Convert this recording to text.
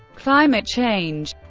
climate change